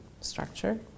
structure